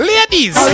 Ladies